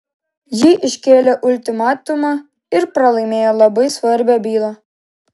ji iškėlė ultimatumą ir pralaimėjo labai svarbią bylą